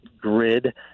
grid